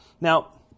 Now